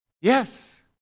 Yes